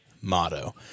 motto